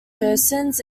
persons